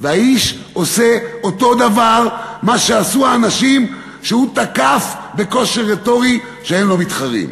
והאיש עושה אותו דבר שעשו האנשים שהוא תקף בכושר רטורי שאין לו מתחרים.